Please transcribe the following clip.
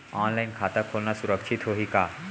Online खाता खोलना सुरक्षित होही का?